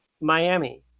Miami